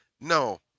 No